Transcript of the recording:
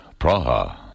Praha